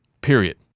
period